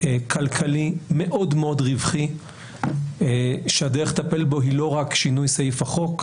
כלכלי ומאוד רווחי שהדרך לטפל בו היא לא רק שינוי סעיף החוק,